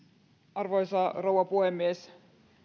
arvoisa rouva puhemies